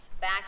Back